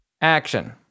Action